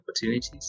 opportunities